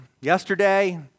yesterday